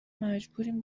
مجبوریم